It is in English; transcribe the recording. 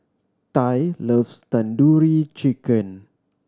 Tye loves Tandoori Chicken